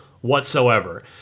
whatsoever